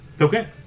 Okay